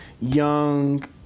young